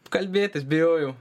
kalbėtis bijojau